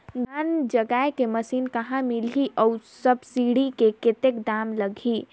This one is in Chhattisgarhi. धान जगाय के मशीन कहा ले मिलही अउ सब्सिडी मे कतेक दाम लगही?